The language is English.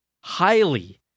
highly